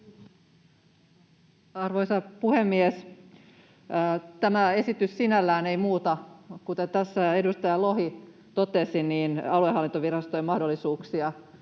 Arvoisa puhemies! Tämä esitys sinällään ei muuta, kuten edustaja Lohi totesi, aluehallintovirastojen mahdollisuuksia